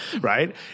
right